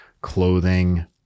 clothing